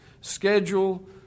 schedule